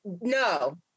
No